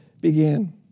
began